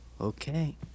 Okay